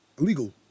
illegal